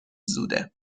زوده